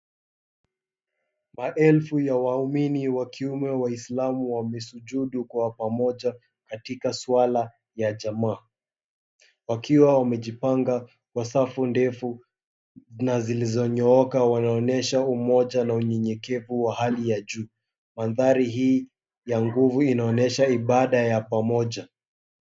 Maelfu ya waumini wa kiume Waislamu wamesujudu kwa pamoja katika swala ya jamaa, wakiwa wamejipanga kwa safu ndefu na zilizonyooka. Wanaonesha umoja na unyenyekevu wa hali ya juu. Manthari hii ya nguvu inaonyesha ibada ya pamoja.